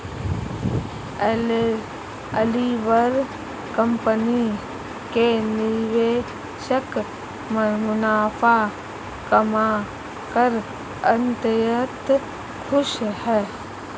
Oliver company के निवेशक मुनाफा कमाकर अत्यंत खुश हैं